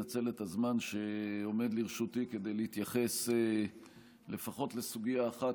לנצל את הזמן שעומד לרשותי כדי להתייחס לפחות לסוגיה אחת,